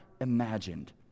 imagined